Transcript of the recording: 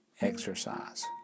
exercise